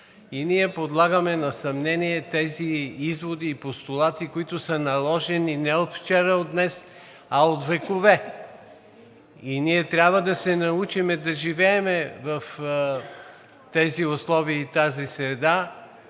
и ние подлагаме на съмнение тези изводи и постулати, които са наложени не от вчера и от днес, а от векове. Ние трябва да се научим да живеем в тези условия и тази среда.